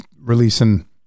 releasing